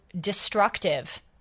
destructive